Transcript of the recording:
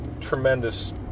Tremendous